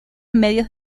medios